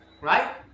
right